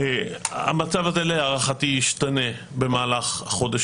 המצב הזה להערכתי ישתנה במהלך החודש